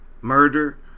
murder